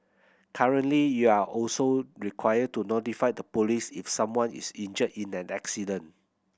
currently you're also required to notify the police if someone is injured in an accident